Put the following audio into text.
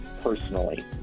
personally